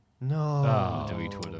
No